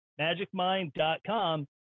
MagicMind.com